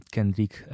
Kendrick